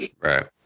right